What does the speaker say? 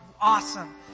awesome